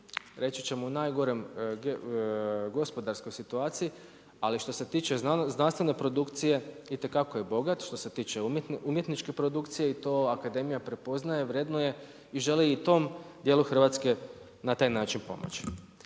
reći ćemo u najgoroj gospodarskoj situaciji, ali što se tiče znanstvene produkcije, itekako je bogat, što se tiče umjetničke produkcije i to, akademija prepoznaje, vrednuje i želi i tom dijelu Hrvatske i na taj način pomoći.